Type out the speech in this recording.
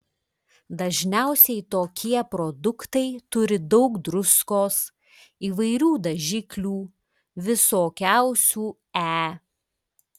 dažniausiai tokie produktai turi daug druskos įvairių dažiklių visokiausių e